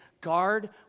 Guard